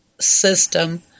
system